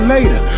later